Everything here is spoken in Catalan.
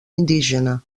indígena